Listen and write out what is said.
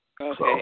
Okay